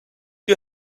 you